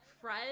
Fred